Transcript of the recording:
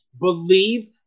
believe